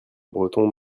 breton